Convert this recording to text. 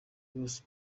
bose